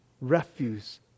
refuse